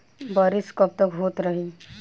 बरिस कबतक होते रही?